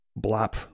Blop